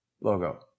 logo